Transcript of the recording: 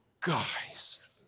guys